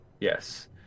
Yes